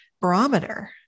barometer